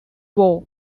war